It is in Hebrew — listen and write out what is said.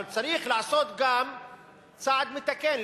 אבל צריך לעשות גם צעד מתקן,